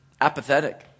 apathetic